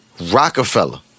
Rockefeller